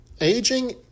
aging